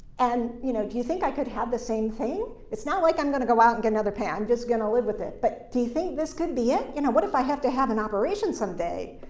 and, you know, do you think i could have the same thing? it's not like i'm going to go out and get another i'm just going to live with it, but do you think this could be it? you know, what if i have to have an operation someday?